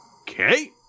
Okay